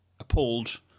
appalled